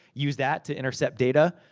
use that to intercept data.